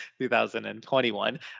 2021